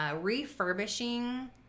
refurbishing